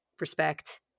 respect